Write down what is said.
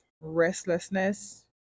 restlessness